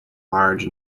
large